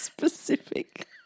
Specific